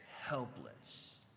helpless